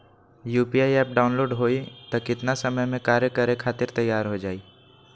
UPI app download होई त कितना समय मे कार्य करे खातीर तैयार हो जाई?